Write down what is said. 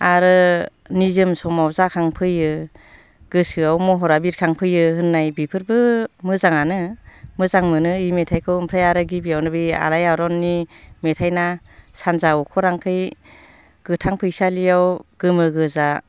आरो निजोम समाव जाखां फैयो गोसोआव महरा बिरखां फैयो होननाय बिफोरबो मोजाङानो मोजां मोनो इ मेथाइखौ ओमफ्राय आरो गिबियावनो बे आलायारननि मेथाइना सानजा अखोरांखै गोथां फैसालियाव गोमो गोजा